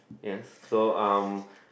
yes so um